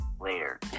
later